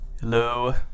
Hello